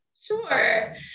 Sure